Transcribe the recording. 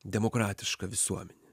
demokratiška visuomenė